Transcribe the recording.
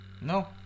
No